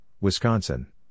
Wisconsin